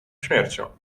śmiercią